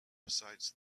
besides